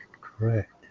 correct